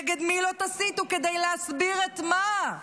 נגד מי לא תסיתו כדי להסביר, את מה?